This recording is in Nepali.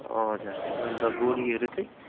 हजुर अन्त बुढीहरू चाहिँ